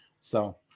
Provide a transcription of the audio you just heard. So-